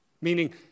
Meaning